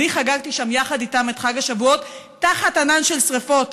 אני חגגתי שם יחד איתם את חג השבועות תחת ענן של שרפות,